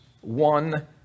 one